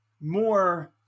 more